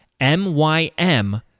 MYM